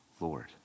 Lord